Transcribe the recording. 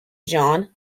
john